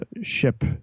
ship